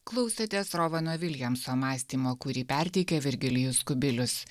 klausėtės rovano viljamso mąstymo kurį perteikė virgilijus kubilius